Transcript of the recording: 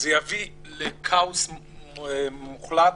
זה יביא לכאוס מוחלט,